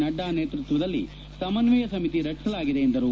ನಡ್ಡಾ ನೇತೃತ್ವದಲ್ಲಿ ಸಮನ್ವಯ ಸಮಿತಿ ರಚಿಸಲಾಗಿದೆ ಎಂದರು